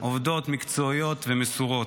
עובדות מקצועיות ומסורות.